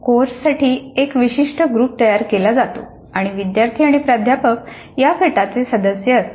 कोर्ससाठी एक विशिष्ट ग्रुप तयार केला जातो आणि विद्यार्थी आणि प्राध्यापक या गटाचे सदस्य असतात